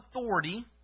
authority